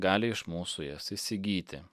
gali iš mūsų jas įsigyti